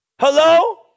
Hello